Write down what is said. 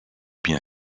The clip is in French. bien